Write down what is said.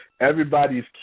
Everybody's